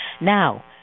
Now